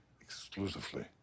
exclusively